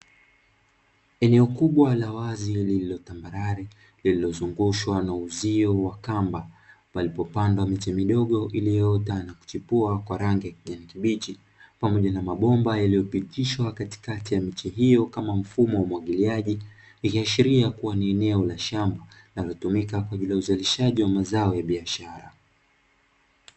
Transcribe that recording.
Eneo kubwa la wazi liliolotambarare, lililozungushwa na uzio wa kamba, palipopandwa miche midogo iliyoanza kuchipua kwa rangi ya kijani kibichi, pamoja na mabomba yaliyopitishwa katikati ya miche hiyo kama mfumo wa umwagiliaji, ikashiria ya kuwa ni eneo la shamba, linalotumika kwa ajili ya uzalishaji wa mazao ya biashara.